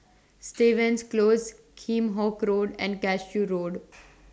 Stevens Close Kheam Hock Road and Cashew Road